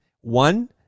One